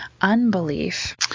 unbelief